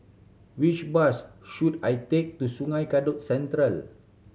which bus should I take to Sungei Kadut Central